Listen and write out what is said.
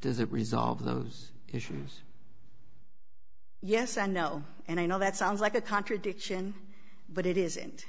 does it resolve those issues yes and no and i know that sounds like a contradiction but it isn't